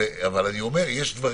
יש מקרים